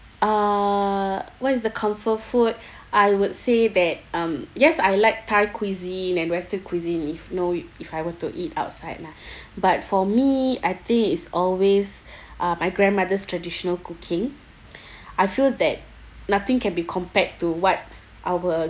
err what is the comfort food I would say that um yes I like thai cuisine and western cuisine if you know if I were to eat outside lah but for me I think it's always uh my grandmother's traditional cooking I feel that nothing can be compared to what our